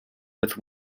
with